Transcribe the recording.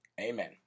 Amen